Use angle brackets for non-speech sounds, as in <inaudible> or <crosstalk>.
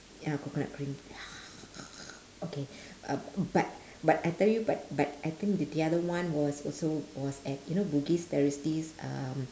ya coconut cream <noise> okay uh but but I tell you but but I think the the other one was also was at you know bugis there is this um